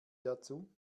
dazu